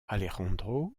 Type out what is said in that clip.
alejandro